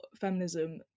feminism